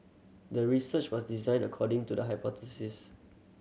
the research was designed according to the hypothesis